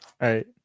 Right